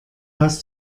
hast